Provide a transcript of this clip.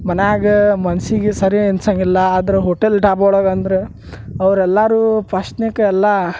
ಮನ್ಯಾಗ ಮನಸ್ಸಿಗೆ ಸರಿ ಅನ್ಸಂಗಿಲ್ಲ ಆದ್ರ ಹೋಟೆಲ್ ಡಾಬ ಒಳಗಂದ್ರ ಅವ್ರ ಎಲ್ಲಾರು ಫಸ್ಟ್ನೆಕ ಎಲ್ಲಾ